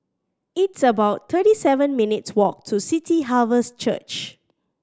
it's about thirty seven minutes' walk to City Harvest Church